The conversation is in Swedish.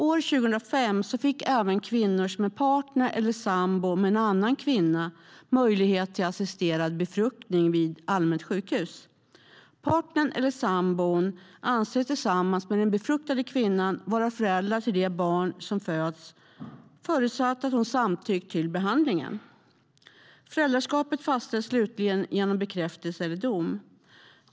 År 2005 fick även kvinnor som är partner eller sambo med en annan kvinna möjlighet till assisterad befruktning vid allmänt sjukhus. Partnern eller sambon anses tillsammans med den befruktade kvinnan vara förälder till det barn som föds, förutsatt att hon har samtyckt till behandlingen. Föräldraskapet fastställs slutligen genom bekräftelse eller dom.